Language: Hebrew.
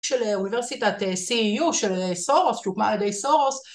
של האוניברסיטת סי.אי.או של סורוס, שהוא בא לסורוס